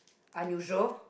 unusual